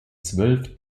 zwölf